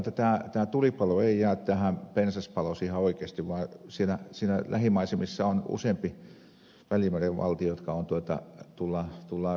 veikkaan että tämä tulipalo ei jää pensaspaloksi ihan oikeasti vaan siinä lähimaisemissa on useampi välimeren valtio joka tulee samaan tilanteeseen